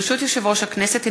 ברשות יושב-ראש הכנסת,